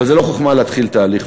אבל זו לא חוכמה להתחיל תהליך,